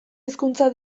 hizkuntza